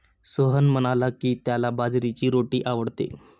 सोहन म्हणाला की, त्याला बाजरीची रोटी आवडते